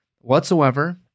whatsoever